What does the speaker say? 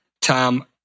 Tom